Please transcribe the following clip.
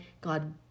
God